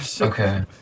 Okay